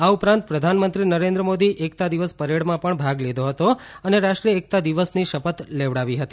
આ ઉપરાંત પ્રધાનમંત્રી નરેન્દ્ર મોદી એકતા દિવસ પરેડમાં પણ ભાગ લીધો હતો અને રાષ્ટ્રીય એકતા દિવસની શપથ લેવડાવી હતી